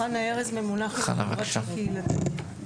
אני ממונה חינוך חברתי-קהילתי.